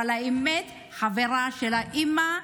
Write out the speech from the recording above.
אבל האמת היא שהחברה של האימא,